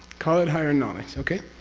call it higher knowledge. okay?